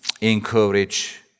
encourage